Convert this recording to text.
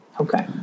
Okay